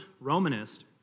Romanist